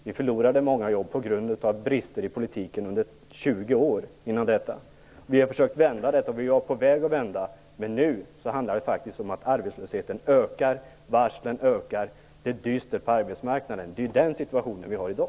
Vi förlorade många jobb på grund av brister i politiken under 20 år dessförinnan. Vi har försökt vända detta, och vi var också på väg att vända det. Vad det nu handlar om är att arbetslösheten ökar. Varslen ökar, och det är dystert på arbetsmarknaden. Det är den situationen vi har i dag.